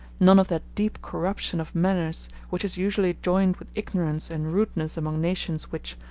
none of that deep corruption of manners, which is usually joined with ignorance and rudeness among nations which,